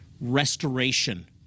restoration